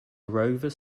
rover